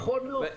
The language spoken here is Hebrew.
נכון מאוד.